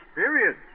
period